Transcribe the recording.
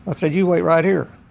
i said, you wait right here.